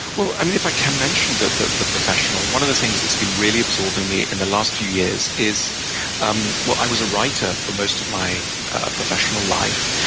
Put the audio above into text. well, i mean, if i can mention the the professional, one of the things that's been really absorbing me in the last few years is um well, i was a writer for most of my professional life.